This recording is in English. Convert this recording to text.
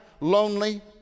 lonely